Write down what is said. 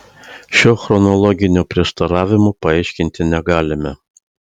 šio chronologinio prieštaravimo paaiškinti negalime